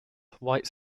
white